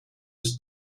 its